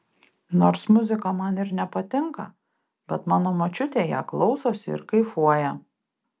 nors muzika man ir nepatinka bet mano močiutė ją klausosi ir kaifuoja